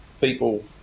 people